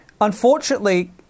Unfortunately